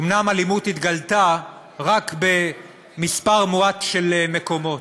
אומנם אלימות התגלתה רק במספר מועט של מקומות,